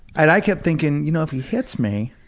and i kept thinking, you know, if he hits me,